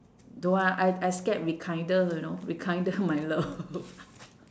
don't want I I scared rekindle you know rekindle my love